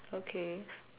okay